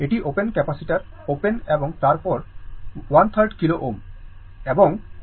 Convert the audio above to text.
এটি open capacitor open এবং তারপরে 1 3য় kilo